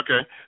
Okay